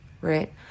right